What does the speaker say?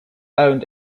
owned